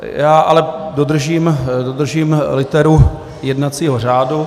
Já ale dodržím literu jednacího řádu.